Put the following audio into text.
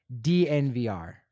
DNVR